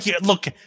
Look